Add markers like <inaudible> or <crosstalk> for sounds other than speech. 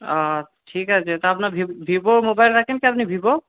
ও <unintelligible> ঠিক আছে তা আপনি ভিভো মোবাইল রাখেন কি আপনি ভিভো